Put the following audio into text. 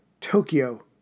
Tokyo